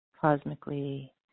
cosmically